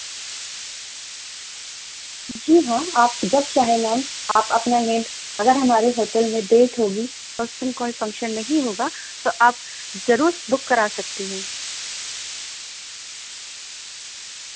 جی ہاں آپ جب چاہیں میم آپ اپنا میٹ اگر ہماریے ہوٹل میں ڈیٹ ہوگی اس پل کوئی فنکشن نہیں ہوگا تو آپ ضرور بک کرا سکتی ہیں